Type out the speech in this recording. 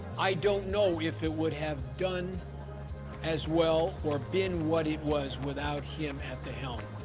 i don't know if it would have done as well or been what it was without him at the helm.